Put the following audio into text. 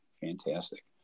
fantastic